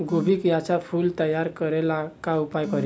गोभी के अच्छा फूल तैयार करे ला का उपाय करी?